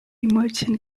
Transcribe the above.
merchant